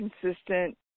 consistent